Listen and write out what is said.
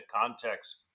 context